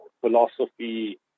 philosophy